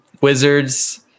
Wizards